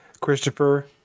Christopher